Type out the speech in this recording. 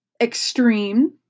extreme